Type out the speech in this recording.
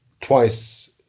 twice